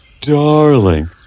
Darling